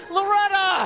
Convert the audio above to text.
Loretta